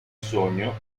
sogno